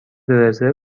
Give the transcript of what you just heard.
رزرو